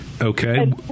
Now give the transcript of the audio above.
Okay